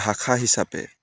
ভাষা হিচাপে